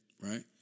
right